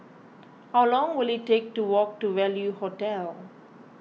how long will it take to walk to Value Hotel